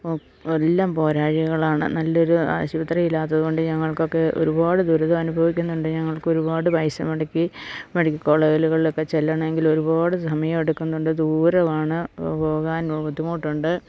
എല്ലാം പോരാഴ്മകളാണ് നല്ലൊരു ആശുപത്രി ഇല്ലാത്തത് കൊണ്ട് ഞങ്ങൾക്കൊക്കെ ഒരുപാട് ദുരിതം അനുഭവിക്കുന്നുണ്ട് ഞങ്ങൾക്ക് ഒരുപാട് പൈസ മുടക്കി മെഡിക്കൽ കോളേജുകളിലൊക്കെ ചെല്ലണമെങ്കിൽ ഒരുപാട് സമയം എടുക്കുന്നുണ്ട് ദൂരവുമാണ് പോകാൻ ബുദ്ധിമുട്ടുണ്ട്